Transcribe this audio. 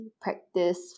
practice